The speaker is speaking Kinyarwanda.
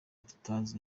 tutazi